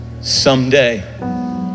someday